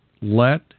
let